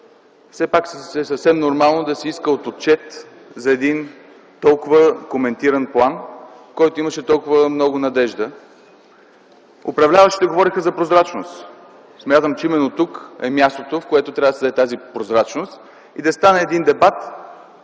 Все пак е съвсем нормално да се иска отчет за един толкова коментиран план, в който имаше толкова много надежда. Управляващите говориха за прозрачност. Смятам, че именно тук е мястото, където трябва да се даде тя, и да стане един дебат